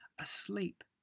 asleep